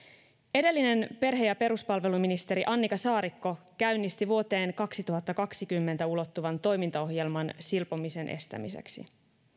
edellinen perhe ja peruspalveluministeri annika saarikko käynnisti vuoteen kaksituhattakaksikymmentä ulottuvan toimintaohjelman silpomisen estämiseksi